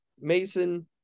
Mason